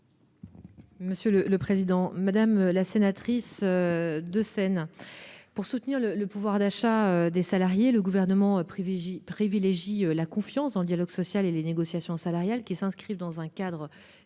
? La parole est à Mme la ministre déléguée. Pour soutenir le pouvoir d'achat des salariés, le Gouvernement privilégie la confiance dans le dialogue social et les négociations salariales qui s'inscrivent dans un cadre garantissant